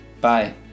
bye